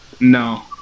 No